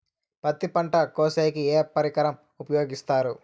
పత్తి పంట కోసేకి ఏ పరికరం ఉపయోగిస్తారు?